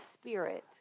spirit